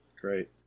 Great